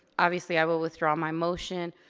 obviously i will withdraw my motion.